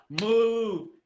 move